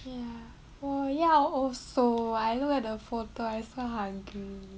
ya 我要 also I looked at the photo I so hungry